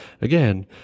again